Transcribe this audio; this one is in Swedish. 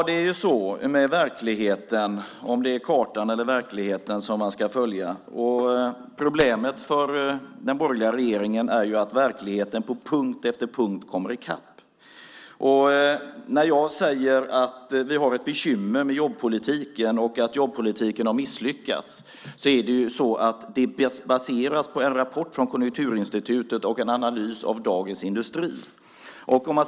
Herr talman! Frågan är om det är kartan eller verkligheten som man ska följa. Problemet för den borgerliga regeringen är att verkligheten på punkt efter punkt kommer i kapp dem. När jag säger att vi har ett bekymmer med jobbpolitiken och att jobbpolitiken har misslyckats baserar jag det på en rapport från Konjunkturinstitutet och en analys av Dagens Industri.